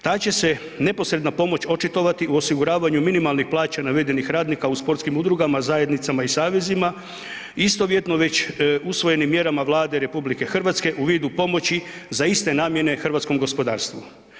Ta će se neposredna pomoć očitovati u osiguranju minimalnih plaća navedenih radnika u sportskim udrugama, zajednicama i savezima, istovjetno već usvojenim mjerama Vlade RH u vidu pomoći za iste namjene hrvatskom gospodarstvu.